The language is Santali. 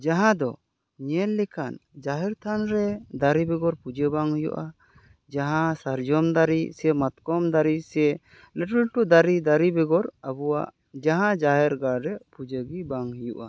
ᱡᱟᱦᱟᱸ ᱫᱚ ᱧᱮᱞ ᱞᱮᱠᱷᱟᱱ ᱡᱟᱦᱮᱨ ᱛᱷᱟᱱ ᱨᱮ ᱫᱟᱨᱮ ᱵᱮᱜᱚᱨ ᱯᱩᱡᱟᱹ ᱵᱟᱝ ᱦᱩᱭᱩᱜᱼᱟ ᱡᱟᱦᱟᱸ ᱥᱟᱨᱡᱚᱢ ᱫᱟᱨᱮ ᱥᱮ ᱢᱟᱛᱠᱚᱢ ᱫᱟᱨᱮ ᱥᱮ ᱞᱟᱹᱴᱩ ᱞᱟᱹᱴᱩ ᱫᱟᱨᱮ ᱫᱟᱨᱮ ᱵᱮᱜᱚᱨ ᱟᱵᱚᱣᱟᱜ ᱡᱟᱦᱟᱸ ᱡᱟᱦᱮᱨ ᱜᱟᱲ ᱨᱮ ᱯᱩᱡᱟᱹ ᱜᱮ ᱵᱟᱝ ᱦᱩᱭᱩᱜᱼᱟ